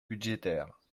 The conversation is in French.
budgétaires